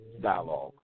dialogue